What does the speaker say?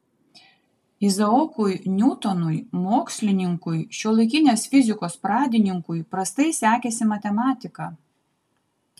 izaokui niutonui mokslininkui šiuolaikinės fizikos pradininkui prastai sekėsi matematika